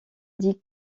dit